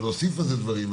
ולהוסיף על זה דברים,